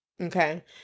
Okay